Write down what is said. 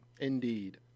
Indeed